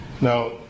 Now